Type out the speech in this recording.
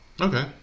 Okay